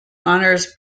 honors